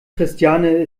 christiane